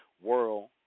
world